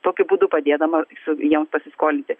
tokiu būdu padėdama su joms pasiskolinti